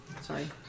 Sorry